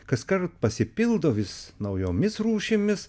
kaskart pasipildo vis naujomis rūšimis